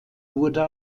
wurde